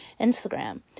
Instagram